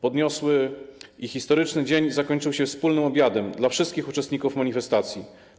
Podniosły i historyczny dzień zakończył się wspólnym obiadem dla wszystkich uczestników manifestacji.